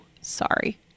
sorry